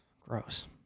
gross